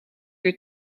weer